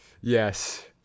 Yes